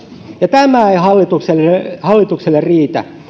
ja tämä ei hallitukselle hallitukselle riitä